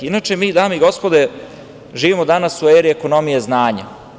Inače, mi dame i gospodo, živimo u eri ekonomije znanja.